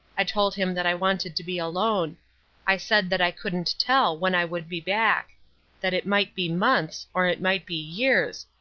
i told him that i wanted to be alone i said that i couldn't tell when i would be back that it might be months, or it might be years,